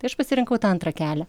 tai aš pasirinkau tą antrą kelią